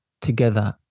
together